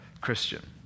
Christian